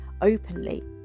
openly